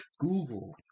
Google